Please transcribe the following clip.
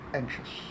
anxious